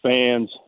fans